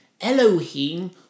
Elohim